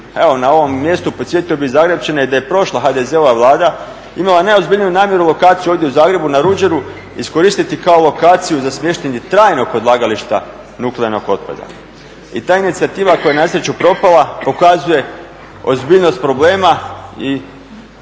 na ovom mjestu podsjetio bih Zagrepčane da je prošla HDZ-ova vlada imala najozbiljniju namjeru lokaciju ovdje u Zagrebu na Ruđeru iskoristiti kao lokaciju za smještanje trajnog odlagališta nuklearnog otpada. I ta inicijativa, koja je na sreću propala, pokazuje ozbiljnost problema i